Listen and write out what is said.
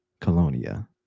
Colonia